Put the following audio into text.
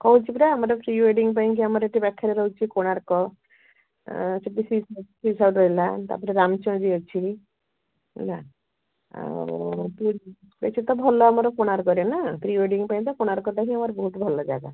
କହୁଛି ପରା ଆମର ପ୍ରି ୱେଡ଼ିଙ୍ଗ ପାଇଁକା ଆମର ଏଠି ପାଖରେ ରହୁଛି କୋଣାର୍କ ରହିଲା ତା'ପରେ ରାମଚଣ୍ଡୀ ଅଛି ହେଲା ଆଉ ଏଠି ତ ଭଲ ଆମର କୋଣାର୍କରେ ନା ପ୍ରି ୱେଡ଼ିଙ୍ଗ ପାଇଁ କୋଣାର୍କଟା ହିଁ ଆମର ବହୁତ ଭଲ ଜାଗା